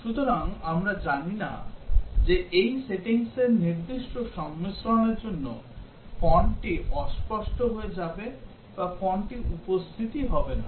সুতরাং আমরা জানি না যে এই সেটিংসের নির্দিষ্ট সংমিশ্রণের জন্য fontটি অস্পষ্ট হয়ে যাবে বা fontটি উপস্থিতই হবে না